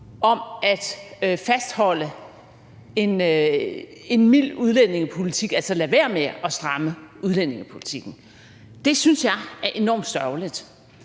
om at fastholde en mild udlændingepolitik, altså ladet være med at stramme udlændingepolitikken. Det synes jeg er enormt sørgeligt,